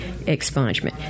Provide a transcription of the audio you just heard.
expungement